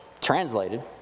translated